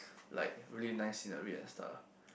like really nice scenery and stuff